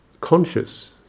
conscious